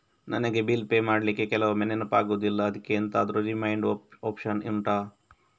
ನನಗೆ bill pay ಮಾಡ್ಲಿಕ್ಕೆ ಕೆಲವೊಮ್ಮೆ ನೆನಪಾಗುದಿಲ್ಲ ಅದ್ಕೆ ಎಂತಾದ್ರೂ ರಿಮೈಂಡ್ ಒಪ್ಶನ್ ಉಂಟಾ